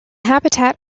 habitat